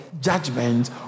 judgment